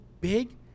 big